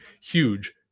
huge